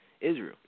Israel